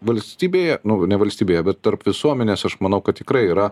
valstybėje nu ne valstybėje bet tarp visuomenės aš manau kad tikrai yra